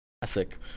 classic